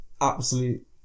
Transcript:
absolute